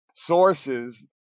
sources